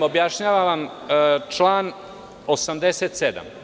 Objašnjavam vam, član 87.